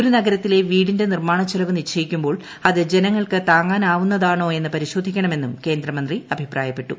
ഒരു നഗരത്തിലെ വീടിന്റെ നിർമ്മാണ ചെലവ് നിശ്ചയിക്കു മ്പോൾ അത് ജനങ്ങൾക്ക് താങ്ങാനാവൂന്നിൽട്ട്ണോ എന്ന് പരിശോധിക്ക ണമെന്നും കേന്ദ്രമന്ത്രി അഭിപ്രായപ്പെട്ടു